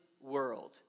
world